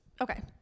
Okay